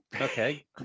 Okay